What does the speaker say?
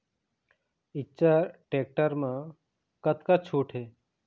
Eicher tractor म कतका छूट हे?